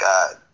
God